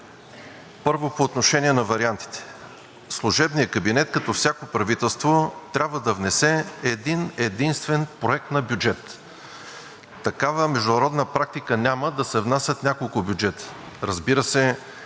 първо, по отношение на вариантите. Служебният кабинет като всяко правителство трябва да внесе един-единствен проект на бюджет. Няма такава международна практика да се внасят няколко бюджета. Разбира се,